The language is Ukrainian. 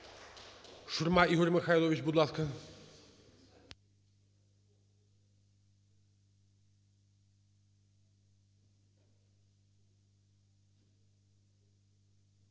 Шурма Ігор Михайлович, будь ласка.